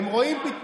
אצלנו.